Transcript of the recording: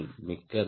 மிக்க நன்றி